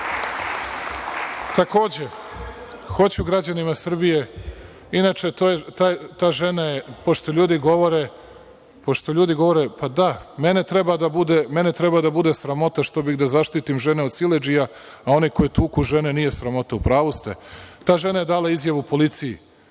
Kako te nije sramota.)Inače ta žena je, pošto ljudi govore da mene treba da bude sramota što bih da zaštitim žene od siledžija, a one koji tuku žene nije sramota. U pravu ste. Ta žena je dala izjavu policiji.